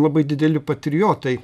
labai dideli patriotai